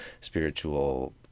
spiritual